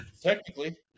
Technically